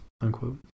unquote